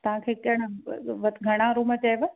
तव्हांखे कहिड़ा घणा रूम चइबा